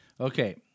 Okay